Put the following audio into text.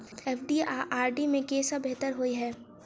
FD आ RD मे केँ सा बेहतर होइ है?